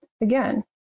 Again